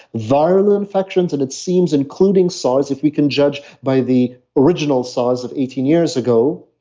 viral infections and it seems including size, if we can judge by the original size of eighteen years ago,